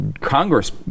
congress